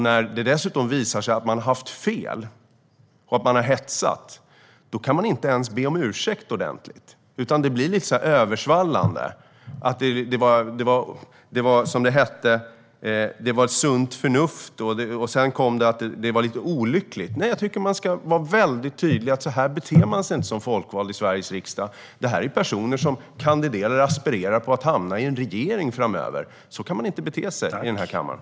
När det dessutom visar sig att man haft fel och att man har hetsat kan man inte ens be om ursäkt ordentligt, utan det blir lite överslätande att det var, som det hette, sunt förnuft men att det var lite olyckligt. Jag tycker att man ska vara väldigt tydlig med att så här beter man sig inte som folkvald i Sveriges riksdag. Det här är ju personer som aspirerar på att hamna i en regering framöver. Så kan man inte bete sig i den här kammaren.